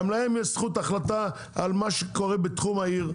גם להם יש זכות החלטה על מה שקורה בתחום העיר.